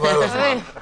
חבל על הזמן,